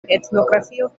etnografio